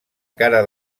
cara